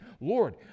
Lord